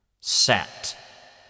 Set